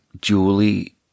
Julie